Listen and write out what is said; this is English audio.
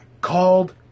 called